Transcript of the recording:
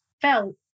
felt